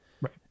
Right